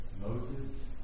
Moses